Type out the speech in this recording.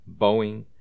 Boeing